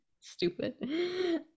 Stupid